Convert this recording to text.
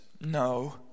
no